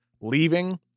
leaving